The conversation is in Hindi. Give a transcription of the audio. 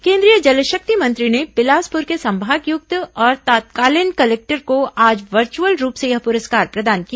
केंद्रीय जलशक्ति मंत्री ने बिलासपुर के संभागायुक्त और तत्कालीन कलेक्टर को आज वर्चुअल रूप से यह पुरस्कार प्रदान किया